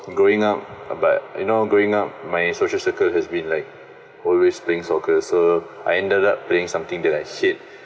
growing up but you know growing up my social circle has been like always playing soccer so I ended up playing something that I hate